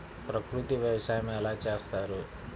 ప్రకృతి వ్యవసాయం ఎలా చేస్తారు?